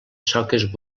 soques